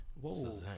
Whoa